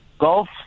golf